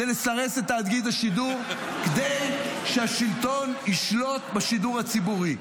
לסרס את תאגיד השידור כדי שהשלטון ישלוט בשידור הציבורי.